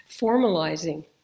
formalizing